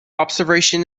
observation